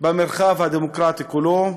במרחב הדמוקרטי כולו.